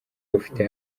ufite